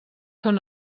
són